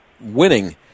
winning